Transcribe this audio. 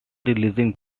releasing